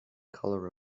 color